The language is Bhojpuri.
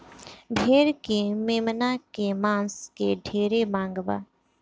भेड़ के मेमना के मांस के ढेरे मांग बा